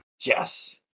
Yes